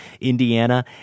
Indiana